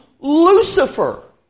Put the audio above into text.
Lucifer